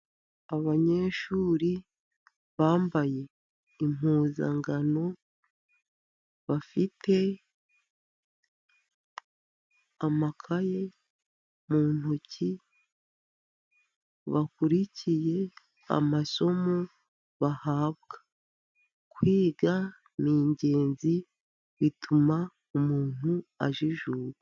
Abanyeshuri bambaye impuzankano bafite amakaye mu ntoki. Bakurikiye amasomo bahabwa. Kwiga ni ingenzi bituma umuntu ajijuka.